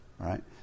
right